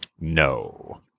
No